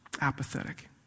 apathetic